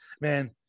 Man